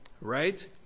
right